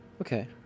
Okay